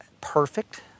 perfect